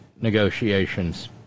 negotiations